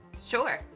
Sure